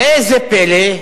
ראה זה פלא,